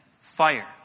fire